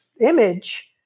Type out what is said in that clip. image